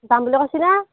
যাম বুলি কৈছে নে